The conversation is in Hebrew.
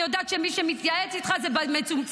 אני יודעת שמי שמתייעץ איתך זה במצומצם.